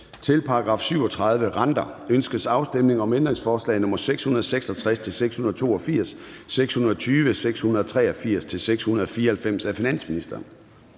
Til § 37. Renter. Ønskes afstemning om ændringsforslag nr. 666-682, 620 og 683-694 af finansministeren?